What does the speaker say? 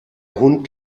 hund